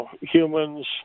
humans